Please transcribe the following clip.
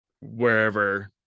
wherever